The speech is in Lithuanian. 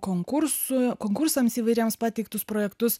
konkursų konkursams įvairiems pateiktus projektus